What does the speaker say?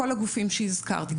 כל הגופים שהזכרתי,